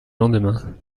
lendemain